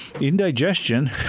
indigestion